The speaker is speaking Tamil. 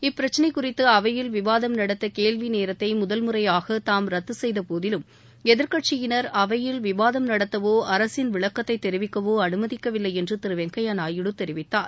இப்பிரச்சளை குறித்து அவையில் விவாதம் நடத்த கேள்வி நேரத்தை முதல் முறையாக தாம் ரத்து செய்த போதிலும் எதிர்க்கட்சியினர் அவையில் விவாதம் நடத்தவோ அரசின் விளக்கத்தை தெரிவிக்கவோ அனுமதிக்கவில்லை என்று திரு வெங்கய்யா நாயுடு தெரிவித்தார்